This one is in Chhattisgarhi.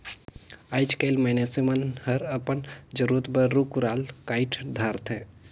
आयज कायल मइनसे मन हर अपन जरूरत बर रुख राल कायट धारथे